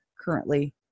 currently